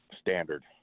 standard